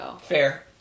Fair